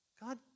God